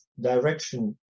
direction